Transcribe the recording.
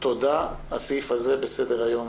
תודה, הסעיף הזה בסדר היום